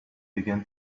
began